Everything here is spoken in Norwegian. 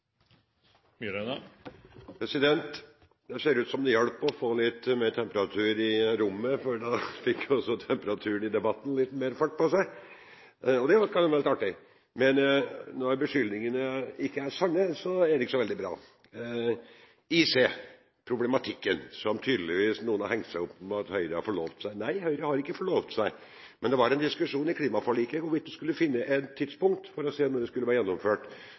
Det ser ut som om det hjalp å få litt mer temperatur i rommet, for nå fikk også temperaturen i debatten litt mer fart på seg. Og det kan jo være litt artig. Men når beskyldningene ikke er sanne, er det ikke så veldig bra. Når det gjelder ICE-problematikken, sier noen at Høyre tydeligvis har forlovt seg. Nei, Høyre har ikke forlovt seg, men det var en diskusjon i klimaforliket hvorvidt vi kunne finne et tidspunkt for å se når det skulle være gjennomført.